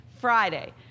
Friday